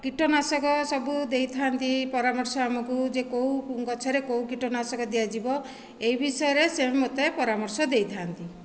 କୀଟନାଶକ ସବୁ ଦେଇଥାନ୍ତି ପରାମର୍ଶ ଆମକୁ ଯେ କେଉଁ ଗଛରେ କେଉଁ କୀଟନାଶକ ଦିଆଯିବ ଏହି ବିଷୟରେ ସେ ମୋତେ ପରାମର୍ଶ ଦେଇଥାନ୍ତି